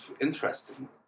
interesting